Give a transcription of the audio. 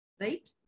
Right